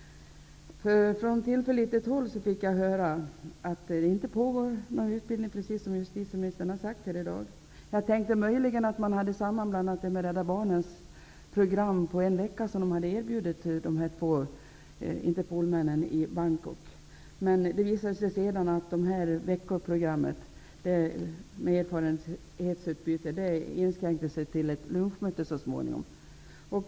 Från tillförlitligt håll fick jag höra att det, som justitieministern har sagt här i dag, inte pågår någon utbildning. Jag tänkte att man möjligen hade sammanblandat utbildningen med Rädda barnens program på en vecka som hade erbjudits de två Interpol-männen i Bangkok. Det visade sig sedan att detta veckoprogram med erfarenhetsutbyte inskränkte sig till ett lunchmöte.